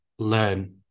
learn